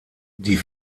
die